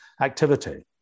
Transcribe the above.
activity